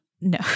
No